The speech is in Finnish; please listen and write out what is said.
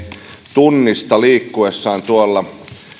tunnista liikkuessaan tuolla